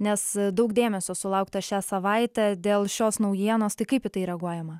nes daug dėmesio sulaukta šią savaitę dėl šios naujienos tai kaip į tai reaguojama